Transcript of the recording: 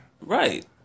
Right